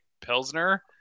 pilsner